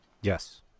Yes